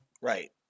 Right